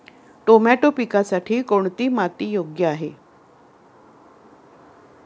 Tomato पिकासाठी कोणती माती योग्य आहे?